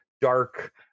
dark